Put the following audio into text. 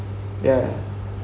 yeah